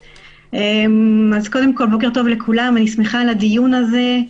אני שמחה על הדיון הזה.